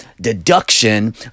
deduction